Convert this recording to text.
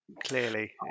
clearly